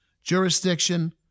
jurisdiction